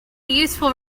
useful